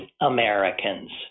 Americans